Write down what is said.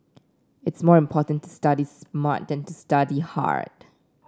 it's more important to study smart than to study hard